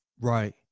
Right